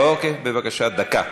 אוקיי, בבקשה, דקה.